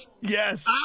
Yes